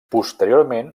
posteriorment